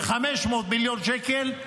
ב-500 מיליון שקלים,